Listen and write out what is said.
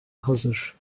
hazır